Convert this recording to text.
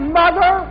mother